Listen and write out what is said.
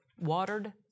watered